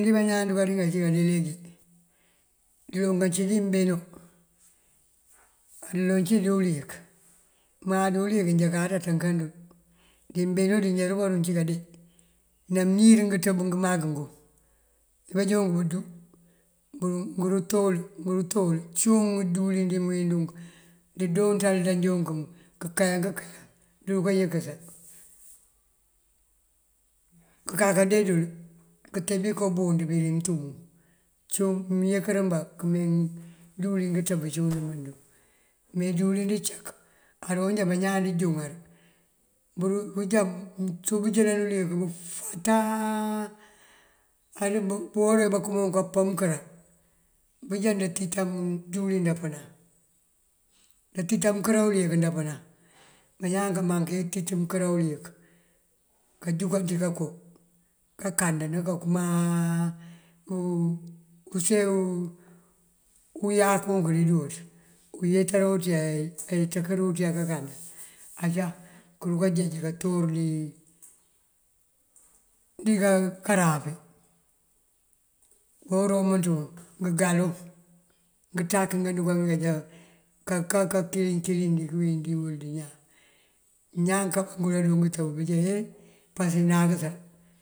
Díwëlin dí bañaan dunkarink ací kandee leegi diloŋ ací dí mbeno andëloŋ cí dí uliyëk. Má dí uliyëk jákáţ ţënkën dël dí mbeno di jarunkarun ací kandee në mënir ngëţëb mak ngun ngí banjook bundu ngur tol, ngur tol. Cíwun díwëlin dí mëwín dunk ndëndoonţal ndajoonk kënkayan këyan ndërunka yënkësa. Kënká kandee dël këntee bí koo bundibí dí mëntum cíwun mëyikërimba këmee díwëlin ngëţëb cíwun dí mënţa dun. Me díwëlin dëcak aroojá bañaan ndënjúŋar bunjá mënţú bënjëlan uliyëk bufataa uwora bí bankëm bunk kampën mënkër bunjá ndatican díwëlin ndampënan. Ndantican mënkër uliyëk kampënan, bañaan kamaŋ keentica mënkëro uliyëk kanjúkan ţí kanko kankanda ukëmaa use uyaku dí dúuţ uwetara unţaya eţënk dí unţaya kankanda acá këruka jeej kator dí karafa. Uwora umënţun ngëngaloŋ ngënţak ngandunka ngink ajá kakakëka kilin kilin dikëwindi wul dí ñaan iñaan kapënkurari wí ngëtëb bëjá he pase nakësa.